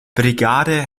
brigade